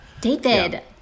David